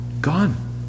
gone